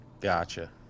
Gotcha